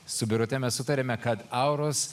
su birute mes sutarėme kad auros